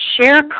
share